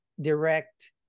direct